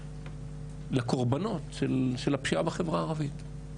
לקורבנות של הפשיעה בחברה הערבית.